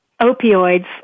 Opioids